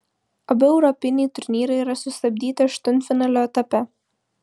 abu europiniai turnyrai yra sustabdyti aštuntfinalio etape